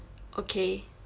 okay